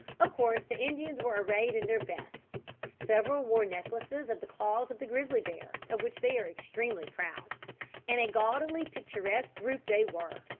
of course the indians were arrayed in their best several wore necklaces of the claws of the grizzly bear, of which they are extremely proud and a gaudily picturesque group they were.